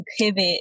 pivot